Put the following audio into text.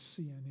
CNN